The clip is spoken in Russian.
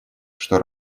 что